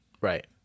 right